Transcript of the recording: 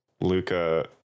Luca